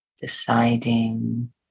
Deciding